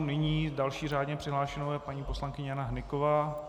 Nyní s další řádně přihlášenou je paní poslankyně Jana Hnyková.